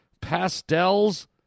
pastels